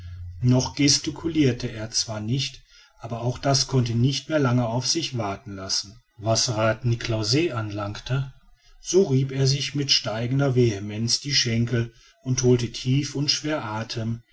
noch gesticulirte er zwar nicht aber auch das konnte nicht mehr lange auf sich warten lassen was rath niklausse anlangt so rieb er sich mit steigender vehemenz die schenkel und holte tief und schwer athem